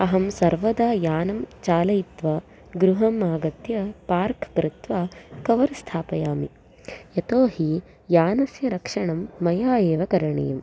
अहं सर्वदा यानं चालयित्वा गृहम् आगत्य पार्क् कृत्वा कवर् स्थापयामि यतो हि यानस्य रक्षणं मया एव करणीयम्